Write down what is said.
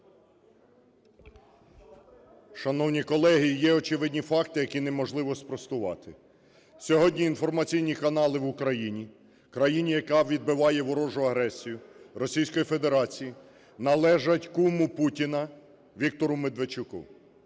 Шановні колеги, є очевидні факти, які неможливо спростувати. Сьогодні інформаційні канали в Україні, країні, яка відбиває ворожу агресію Російської Федерації, належать купу Путіна – Віктору Медведчуку.